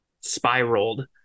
spiraled